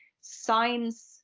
signs